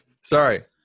sorry